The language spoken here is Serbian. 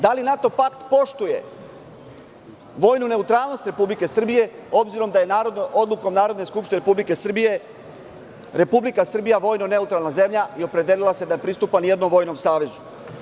Da li NATO pakt poštuje vojnu neutralnost Republike Srbije, obzirom da je odlukom Narodne skupštine Republike Srbije Republika Srbija vojno neutralna zemlja i opredelila se da ne pristupa ni jednom vojnom savezu?